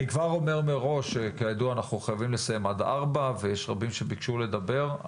אומר מראש כידוע אנו חייבים לסיים עד 16:00 ויש רבים שביקשו לדבר.